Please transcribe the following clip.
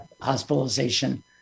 hospitalization